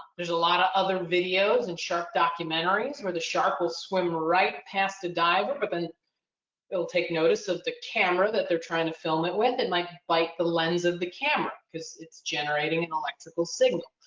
there's a lot of other videos and shark documentaries where the shark will swim right past the diver, but then it'll take notice of the camera that they're trying to film it with. they might bite the lens of the camera cause it's generating and electrical signal.